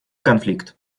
конфликт